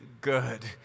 good